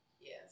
Yes